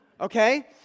Okay